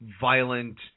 violent